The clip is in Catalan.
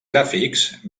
gràfics